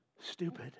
stupid